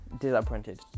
disappointed